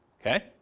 okay